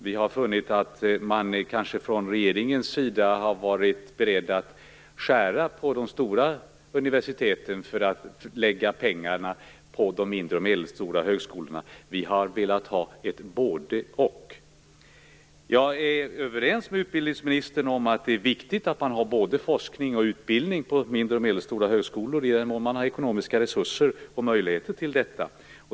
Vi har funnit att man kanske från regeringens sida har varit beredd att skära ned på de stora universiteten för att lägga pengarna på de mindre och medelstora högskolorna. Vi har velat ha både och. Jag är överens med utbildningsministern om att det är viktigt att man har både forskning och utbildning på mindre och medelstora högskolor i den mån man har ekonomiska resurser och möjligheter till detta.